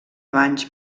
banys